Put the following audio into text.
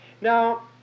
Now